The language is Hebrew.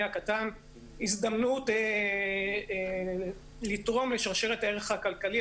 הקטן והזדמנות לתרום לשרשרת הערך הכלכלי.